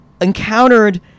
encountered